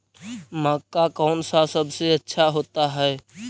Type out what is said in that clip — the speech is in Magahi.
मक्का कौन सा सबसे अच्छा होता है?